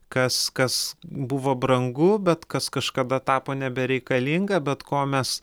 kas kas buvo brangu bet kas kažkada tapo nebereikalinga bet ko mes